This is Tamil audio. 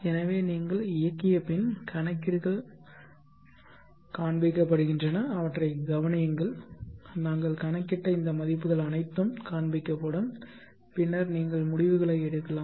எனவே நீங்கள் இயக்கிய பின் கணக்கீடுகள் காண்பிக்கப்படுகின்றன அவற்றை கவனியுங்கள் நாங்கள் கணக்கிட்ட இந்த மதிப்புகள் அனைத்தும் காண்பிக்கப்படும் பின்னர் நீங்கள் முடிவுகளை எடுக்கலாம்